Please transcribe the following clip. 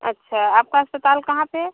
अच्छा आपका अस्पताल कहाँ पर है